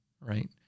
right